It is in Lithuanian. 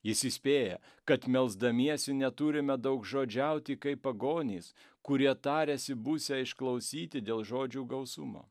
jis įspėja kad melsdamiesi neturime daugžodžiauti kaip pagonys kurie tariasi būsią išklausyti dėl žodžių gausumo